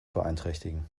beeinträchtigen